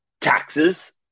taxes